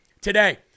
Today